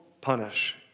punish